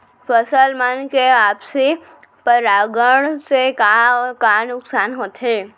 फसल मन के आपसी परागण से का का नुकसान होथे?